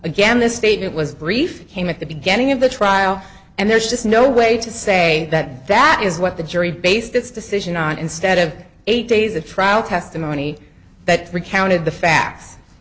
again this statement was brief came at the beginning of the trial and there's just no way to say that that is what the jury based its decision on instead of eight days of trial testimony that recounted the facts